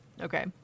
okay